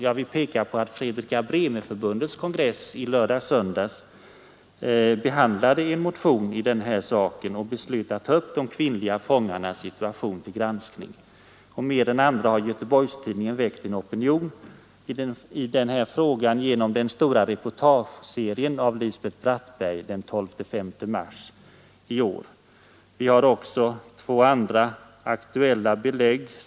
Jag vill peka på att Fredrika Bremer-förbundets kongress i lördags och söndags behandlade en motion i denna sak och beslöt att ta upp de kvinnliga fångarnas situation till granskning. Mer än andra har Göteborgs-Tidningen väckt en opinion i denna fråga genom den stora reportageserien av Lisbeth Brattberg den 12—15 mars i år. Vi har också två andra aktuella belägg.